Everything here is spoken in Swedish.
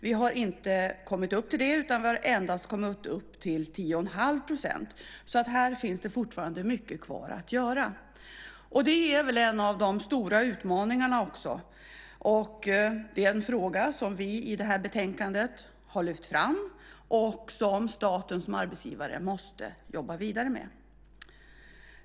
Vi har inte kommit upp till det utan endast kommit upp till 10 1⁄2 %. Här finns det fortfarande mycket kvar att göra. Det är väl också en av de stora utmaningarna. Det är dessutom en fråga som vi har lyft fram i det här betänkandet och som staten som arbetsgivare måste jobba vidare med.